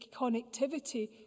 connectivity